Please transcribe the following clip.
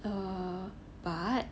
err but